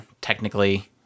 technically